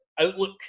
outlook